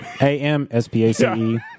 A-M-S-P-A-C-E